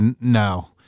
no